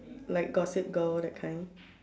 like gossip girl that kind